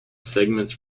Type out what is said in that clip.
segments